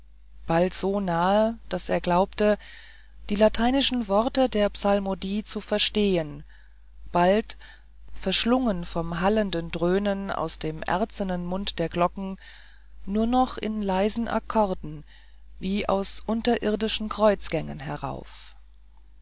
bald so nahe daß er glaubte die lateinischen worte der psalmodie zu verstehen bald verschlungen vom hallenden dröhnen aus dem erzenen munde der glocken nur noch in leisen akkorden wie aus unterirdischen kreuzgängen herauf